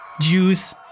juice